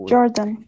Jordan